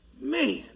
Man